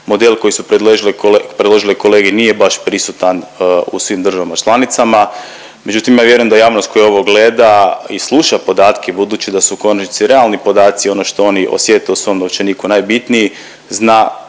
model koji su predložile kolege nije baš prisutan u svim državama članicama. Međutim ja vjerujem da javnost koja ovo gleda i sluša podatke budući da su u konačnici realni podaci ono što oni osjete u svom novčaniku najbitniji, zna